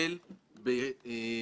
קראנו לו "רגולטור שבוי".